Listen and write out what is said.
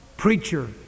Preacher